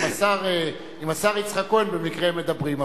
עם השר יצחק כהן במקרה מדברים,